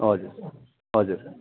हजुर हजुर